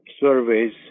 surveys